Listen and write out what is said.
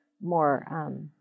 more